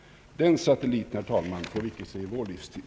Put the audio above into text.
Den satelliten, herr talman, får vi icke se i vår livstid.